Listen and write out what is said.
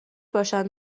باشن